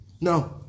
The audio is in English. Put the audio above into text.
No